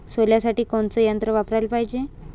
सोल्यासाठी कोनचं यंत्र वापराले पायजे?